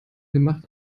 gemacht